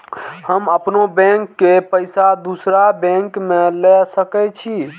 हम अपनों बैंक के पैसा दुसरा बैंक में ले सके छी?